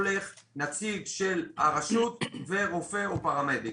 נציג של הרשות ורופא או פרמדיק,